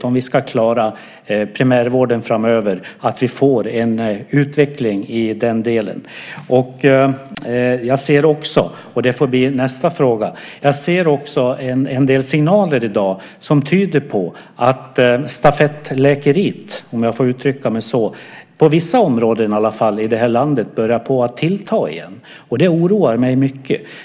Om vi ska klara primärvården framöver tycker jag att det är jätteviktigt att vi får en utveckling i den delen. Jag ser också en del signaler i dag som tyder på att stafettläkeriet, om jag får uttrycka mig så, börjar tillta igen i alla fall på vissa områden i det här landet. Det oroar mig mycket.